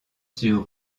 sur